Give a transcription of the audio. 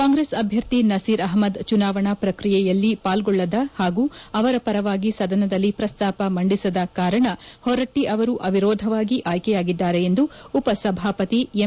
ಕಾಂಗ್ರೆಸ್ ಅಭ್ಯರ್ಥಿ ನಸೀರ್ ಅಹಮದ್ ಚುನಾವಣಾ ಪ್ರಕ್ರಿಯೆಯಲ್ಲಿ ಪಾಲ್ಗೊಳ್ಳದ ಹಾಗೂ ಅವರ ಪರವಾಗಿ ಸದನದಲ್ಲಿ ಪ್ರಸ್ತಾಪ ಮಂದಿಸದ ಕಾರಣ ಹೊರಟ್ಟಿ ಅವರು ಅವಿರೋಧವಾಗಿ ಆಯ್ಕೆ ಯಾಗಿದ್ದಾರೆ ಎಂದು ಉಪ ಸಭಾಪತಿ ಎಂ